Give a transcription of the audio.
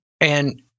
and-